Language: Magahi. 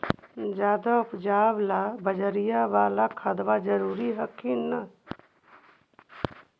ज्यादा उपजाबे ला बजरिया बाला खदबा जरूरी हखिन न?